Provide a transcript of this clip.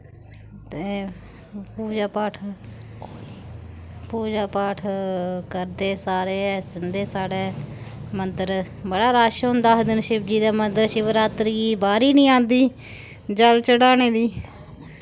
ते पूजा पाठ पूजा पाठ करदे सारे गै जंदे साढ़ै मन्दर बड़ा रश होंदा उस दिन शिवजी दे मन्दर शिवरात्री गी बारी नी आंदी जल चढ़ाने दी